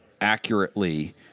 accurately